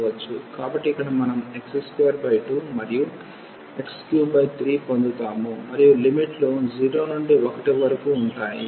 కాబట్టి ఇక్కడ మనం x22 మరియు x33 పొందుతాము మరియు లిమిట్లు 0 నుండి 1 వరకు ఉంటాయి